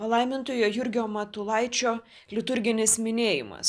palaimintojo jurgio matulaičio liturginis minėjimas